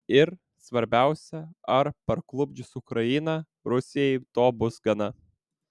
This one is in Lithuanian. ir svarbiausia ar parklupdžius ukrainą rusijai to bus gana